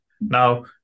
Now